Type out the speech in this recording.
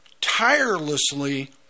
tirelessly